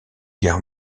guerre